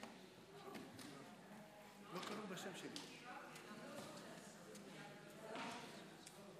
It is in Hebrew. רגב, מצביעה עידן רול יצביע